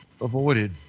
avoided